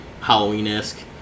Halloween-esque